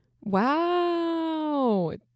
Wow